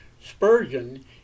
Spurgeon